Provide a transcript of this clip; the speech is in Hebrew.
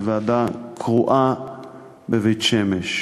לוועדה קרואה בבית-שמש.